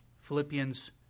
Philippians